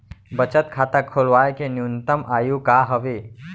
बचत खाता खोलवाय के न्यूनतम आयु का हवे?